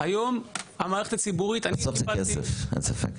בסוף זה כסף, אין ספק.